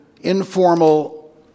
informal